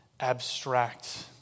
abstract